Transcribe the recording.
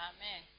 Amen